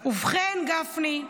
ובכן, גפני,